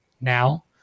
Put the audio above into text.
now